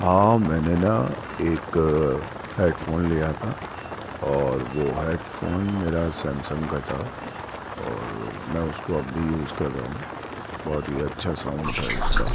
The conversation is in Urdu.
ہاں میں نے نا ایک ہیڈفون لیا تھا اور وہ ہیڈفون میرا سیمسنگ کا تھا اور میں اس کو اب بھی یوز کر رہا ہوں بہت ہی اچھا ساؤنڈ ہے اس کا